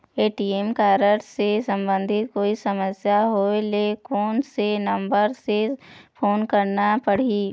ATM card से संबंधित कोई समस्या होय ले, कोन से नंबर से फोन करना पढ़ही?